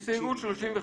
הסתייגות 35: